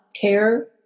care